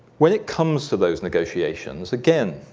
when it comes to those negotiations, again,